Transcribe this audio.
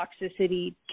toxicity